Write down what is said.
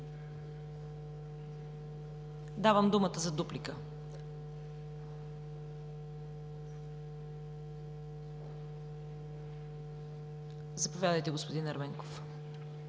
Давам думата за дуплика – заповядайте, господин Ерменков.